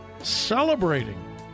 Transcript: celebrating